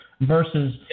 versus